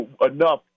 enough